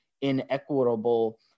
inequitable